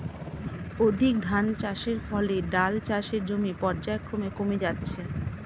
অধিক ধানচাষের ফলে ডাল চাষের জমি পর্যায়ক্রমে কমে যাচ্ছে